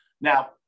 Now